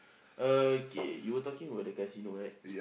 okay you were talking about the casino right